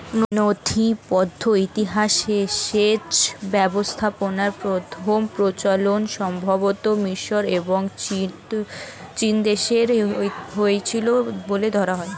নথিবদ্ধ ইতিহাসে সেচ ব্যবস্থাপনার প্রথম প্রচলন সম্ভবতঃ মিশর এবং চীনদেশে হয়েছিল বলে ধরা হয়